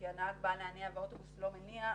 הנהג בא להניע והאוטובוס לא מניע,